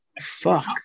Fuck